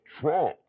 Trump